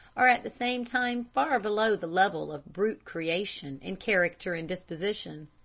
are at the same time far below the level of brute creation in character and disposition.